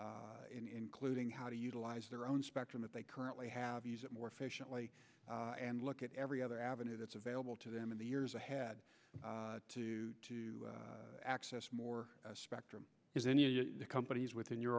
them including how to utilize their own spectrum that they currently have use it more efficiently and look at every other avenue that's available to them in the years ahead to access more spectrum is any of the companies within your